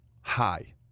high